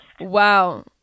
wow